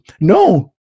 No